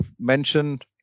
mentioned